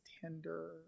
tender